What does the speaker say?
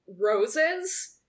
roses